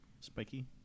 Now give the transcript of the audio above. spiky